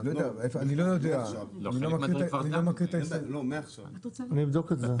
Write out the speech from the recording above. אני לא יודע, אני אבדוק את זה.